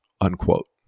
unquote